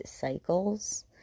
cycles